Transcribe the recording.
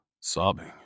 sobbing